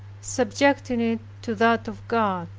subjecting it to that of god.